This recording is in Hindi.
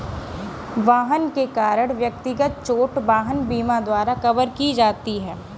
वाहन के कारण व्यक्तिगत चोट वाहन बीमा द्वारा कवर की जाती है